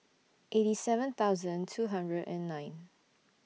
eighty seven thousand two hundred and nine